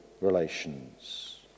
relations